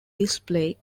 display